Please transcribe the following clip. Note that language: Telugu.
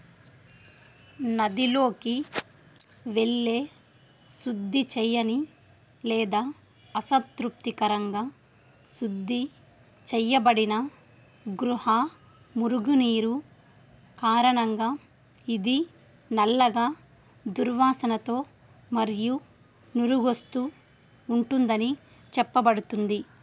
నదిలోకి వెళ్ళే శుద్ధి చెయ్యని లేదా అసంతృప్తికరంగా శుద్ధి చెయ్యబడిన గృహ మురుగునీరు కారణంగా ఇది నల్లగా దుర్వాసనతో మరియు నురుగు వస్తూ ఉంటుందని చెప్పబడుతుంది